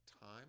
time